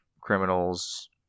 criminals